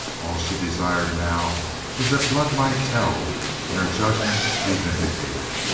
all she desired now was that blood might tell and her judgment be vindicated.